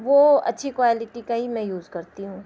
وہ اچھی کوالٹی کا ہی میں یوز کرتی ہوں